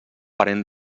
parent